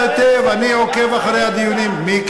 אתה יודע, אני עוקב אחרי הדיונים, גם